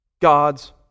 God's